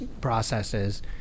processes